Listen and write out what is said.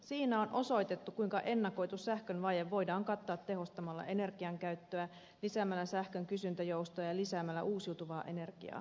siinä on osoitettu kuinka ennakoitu sähkön vaje voidaan kattaa tehostamalla energian käyttöä lisäämällä sähkön kysyntäjoustoja ja lisäämällä uusiutuvaa energiaa